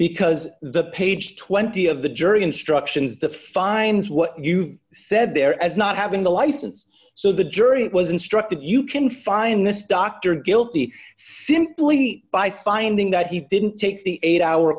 because the page twenty of the jury instructions defines what you said there as not having the license so the jury was instructed you can find this doctor guilty shim plea by finding that he didn't take the eight hour